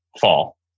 fall